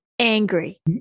Angry